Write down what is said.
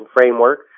framework